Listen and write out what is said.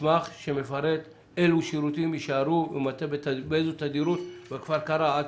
מסמך שמפרט אילו שירותים יישארו ובאיזו תדירות בכפר קרע,